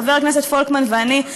חבר הכנסת פולקמן ואני,